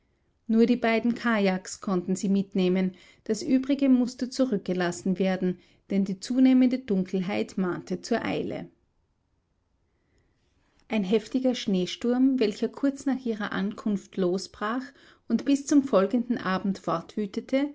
nur die beiden kajaks konnten sie mitnehmen das übrige mußte zurückgelassen werben denn die zunehmende dunkelheit mahnte zur eile ein heftiger schneesturm welcher kurz nach ihrer ankunft losbrach und bis zum folgenden abend